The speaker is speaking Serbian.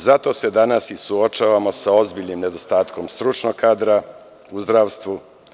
Zato se danas i suočavamo sa ozbiljnim nedostatkom stručnog kadra u zdravstvu.